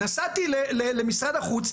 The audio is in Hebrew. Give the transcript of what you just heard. נסעתי למשרד החוץ,